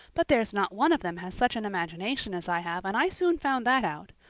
but there's not one of them has such an imagination as i have and i soon found that out.